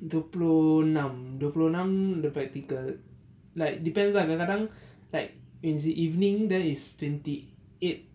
dua puluh enam dua puluh enam the practical like depends lah kadang-kadang in the evening that is twenty eight